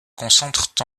concentrent